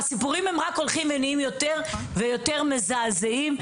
הסיפורים הולכים רק יותר ויותר מזעזעים,